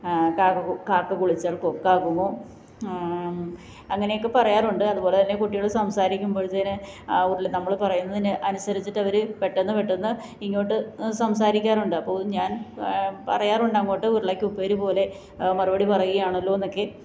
കാക്ക കുളിച്ചാല് കൊക്കാകുമോ അങ്ങനെയൊക്കെ പറയാറുണ്ട് അതുപോലെതന്നെ കുട്ടികള് സംസാരിക്കുമ്പോഴത്തേന് നമ്മള് പറയുന്നതിന് അനുസരിച്ചിട്ടവര് പെട്ടെന്ന് പെട്ടെന്ന് ഇങ്ങോട്ട് സംസാരിക്കാറുണ്ട് അപ്പോള് ഞാന് പറയാറുണ്ടങ്ങോട്ട് ഉരുളയ്ക്കുപ്പേരി പോലെ മറുപടി പറയുകയാണല്ലോ എന്നൊക്കെ